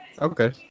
okay